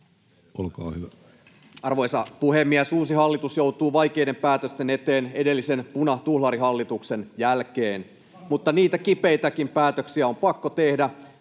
olkaa hyvä. Arvoisa puhemies! Uusi hallitus joutuu vaikeiden päätösten eteen edellisen punatuhlarihallituksen jälkeen, mutta niitä kipeitäkin päätöksiä on pakko tehdä,